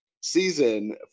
season